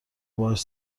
باهاش